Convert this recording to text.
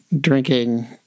drinking